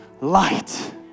light